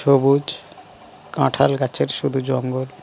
সবুজ কাঁঠাল গাছের শুধু জঙ্গল